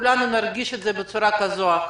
כולנו נרגיש את זה בצורה כזו או אחרת.